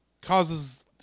causes